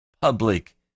public